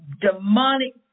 demonic